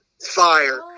fire